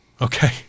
Okay